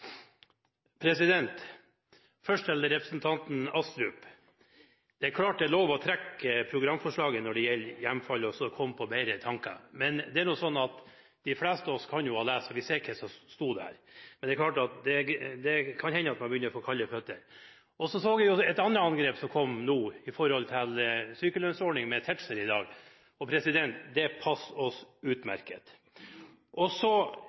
punktet. Først til representanten Astrup: Det er klart det er lov til å trekke programforslaget når det gjelder hjemfall og komme på bedre tanker, men det er sånn at de fleste av oss kan lese, og vi ser hva som sto der. Det kan hende at man begynner å få kalde føtter. Så så vi et annet angrep som kom i dag, fra representanten Tetzschner, angående sykelønnsordning. Det passer oss utmerket. Når det gjelder det med olje og gass, er det slik at hvis Kristelig Folkeparti og